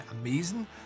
amazing